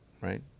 right